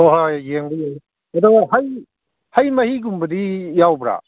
ꯍꯣꯏ ꯍꯣꯏ ꯌꯦꯡꯒꯦ ꯌꯦꯡꯒꯦ ꯑꯗꯣ ꯍꯩ ꯍꯩ ꯃꯍꯤꯒꯨꯝꯕꯗꯤ ꯌꯥꯎꯕ꯭ꯔꯥ